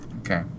Okay